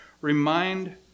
Remind